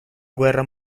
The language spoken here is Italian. guerra